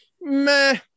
meh